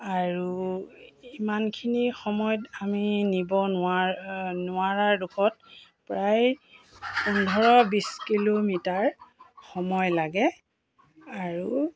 আৰু ইমানখিনি সময়ত আমি নিব নোৱাৰ নোৱাৰাৰ দুখত প্ৰায় পোন্ধৰ বিছ কিলোমিটাৰ সময় লাগে আৰু